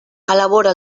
elabora